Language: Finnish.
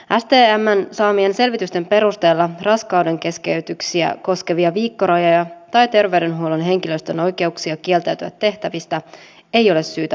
stmn saamien selvitysten perusteella raskaudenkeskeytyksiä koskevia viikkorajoja tai terveydenhuollon henkilöstön oikeuksia kieltäytyä tehtävistä ei ole syytä muuttaa